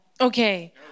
okay